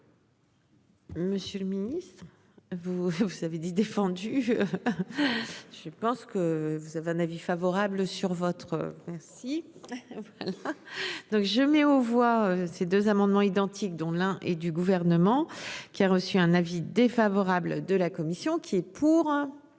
Monsieur le Ministre vous vous savez dit défendu. Je pense que vous avez un avis favorable sur votre merci. Donc je mets aux voix ces deux amendements identiques, dont l'un et du gouvernement qui a reçu un avis défavorable de la commission. Est pour.